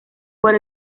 por